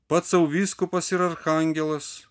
pats sau vyskupas ir arkangelas